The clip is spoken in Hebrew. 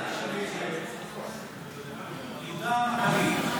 היא: יהודה המכבי,